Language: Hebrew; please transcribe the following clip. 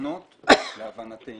שהתקנות להבנתנו